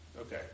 Okay